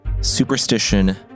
Superstition